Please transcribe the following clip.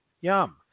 Yum